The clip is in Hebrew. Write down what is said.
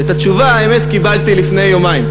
ואת התשובה, האמת, קיבלתי לפני יומיים.